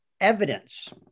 evidence